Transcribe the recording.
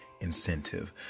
incentive